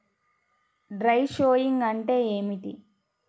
Dry sowing అంటే ఏమిటి?